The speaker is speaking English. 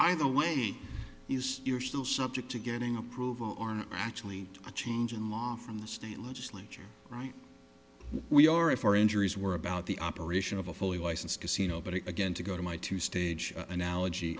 either way you're still subject to getting approval or actually a change in law from the state legislature right we are in for injuries where about the operation of a fully licensed casino but again to go to my two stage